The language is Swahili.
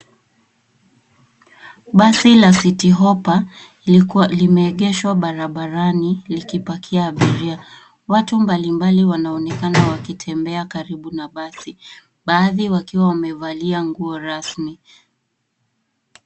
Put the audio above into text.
Basi la City Hoppa liko limeegeshwa barabarani likipakia abiria. Watu mbalimbali wanaonekana wakitembea karibu na basi, baadhi wakiwa wamevalia nguo rasmi.